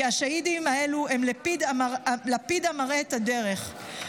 כי השהידים האלה הם לפיד המראה את הדרך".